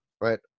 right